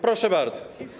Proszę bardzo.